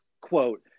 quote